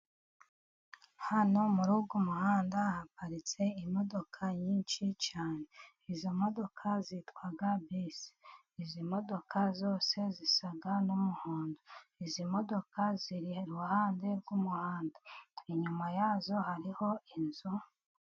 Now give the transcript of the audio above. Hano muri uyu muhanda haparitse imodoka nyinshi cyane, izo modoka zitwa bisi, izi modoka zose zisa n'umuhondo, izi modoka ziri iruhande rw'umuhanda, inyuma yazo hariho inzu.